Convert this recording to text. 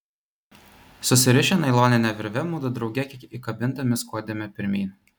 susirišę nailonine virve mudu drauge kiek įkabindami skuodėme pirmyn